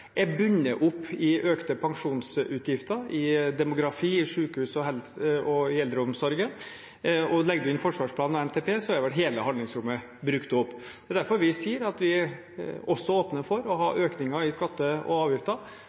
er bundet opp i økte pensjonsutgifter, i demografi, i sykehus og i eldreomsorgen. Legger vi inn forsvarsplanen og NTP, er vel hele handlingsrommet brukt opp. Det er derfor vi sier at vi også åpner for å ha økninger i skatter og avgifter,